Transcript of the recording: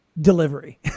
delivery